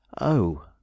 Oh